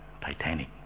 Titanic